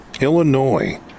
Illinois